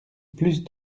plus